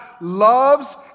loves